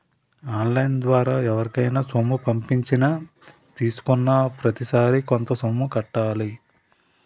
on line ద్వారా ఎవరికైనా సొమ్ము పంపించినా తీసుకున్నాప్రతిసారి కొంత సొమ్ము కట్టాలి